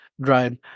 drive